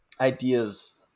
ideas